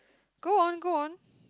go on go on